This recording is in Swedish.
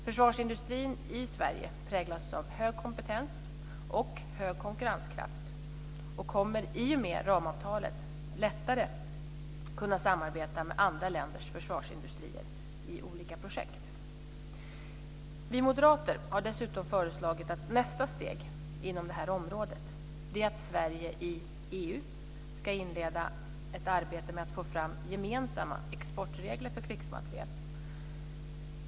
Försvarsindustrin i Sverige präglas av hög kompetens och stor konkurrenskraft och kommer i och med ramavtalet lättare att kunna samarbeta med andra länders försvarsindustrier i olika projekt. Vi moderater har dessutom föreslagit att nästa steg inom detta område är att Sverige i EU ska inleda ett arbete med att få fram gemensamma exportregler för krigsmateriel.